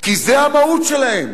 כי זאת המהות שלהם.